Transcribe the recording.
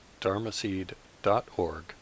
dharmaseed.org